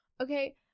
Okay